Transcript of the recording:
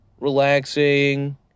relaxing